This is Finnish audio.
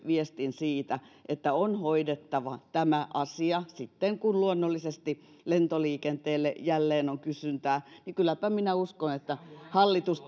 viestin siitä että on hoidettava tämä asia sitten kun luonnollisesti lentoliikenteelle jälleen on kysyntää niin kylläpä minä uskon että hallitus